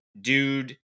dude